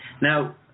Now